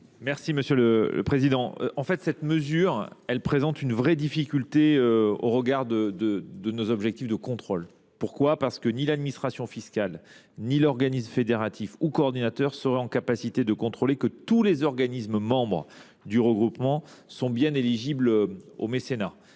du Gouvernement ? Cette mesure présente une vraie difficulté au regard de nos objectifs de contrôle. Pourquoi ? Ni l’administration fiscale ni l’organisme fédératif ou coordinateur ne serait en mesure de contrôler que tous les organismes membres du regroupement sont bien éligibles au mécénat.